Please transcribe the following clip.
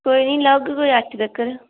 कोई निं लाई ओड़गे कोई अट्ठ तक्कर